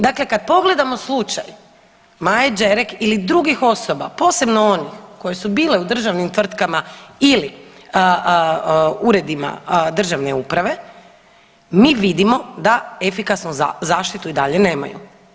Dakle, kad pogledamo slučaj Maje Đerek ili drugih osoba posebno onih koje su bile u državnim tvrtkama ili uredima državne uprave mi vidimo da efikasnu zaštitu i dalje nemaju.